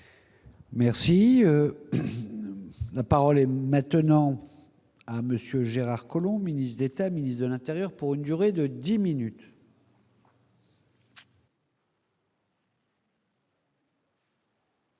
Merci, parole est maintenant à monsieur Gérard Collomb, ministre d'État, ministre de l'Intérieur pour une durée de 10 minutes.